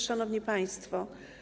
Szanowni Państwo!